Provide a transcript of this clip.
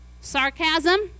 Sarcasm